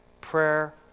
prayer